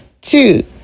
two